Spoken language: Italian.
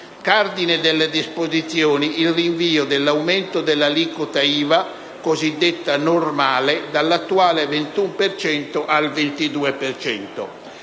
Cardine delle disposizioni fiscali è il rinvio dell'aumento dell'aliquota IVA cosiddetta normale, dall'attuale 21 per